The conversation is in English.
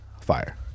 fire